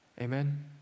Amen